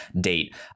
date